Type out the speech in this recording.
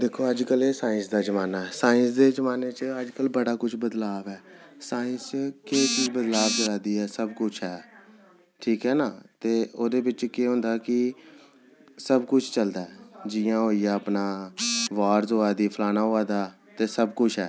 दिक्खो अज्जकल एह् साइंस दा जमान्ना ऐ साइंस दे जमान्ने च अज्जकल बड़ा कुछ बदलाव ऐ साइंस केह् केह् बदलाव करा दी ऐ सब कुछ ऐ ठीक ऐ ना ते ओह्दे बिच केह् होंदा कि सब कुछ चलदा ऐ जि'यां होई गेआ अपना बारस होआ दी फलाना होआ दा ते सब कुछ ऐ